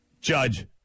Judge